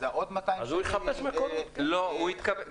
אז עוד 200 שקלים --- עידן,